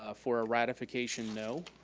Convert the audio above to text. ah for a ratification, no.